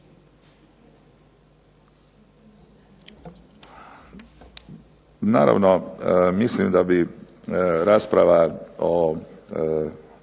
Naravno mislim da bi rasprava o